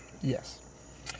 Yes